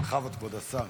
בכבוד, כבוד השר.